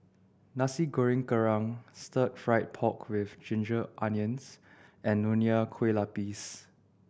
Nasi Goreng Kerang Stir Fried Pork With Ginger Onions and Nonya Kueh Lapis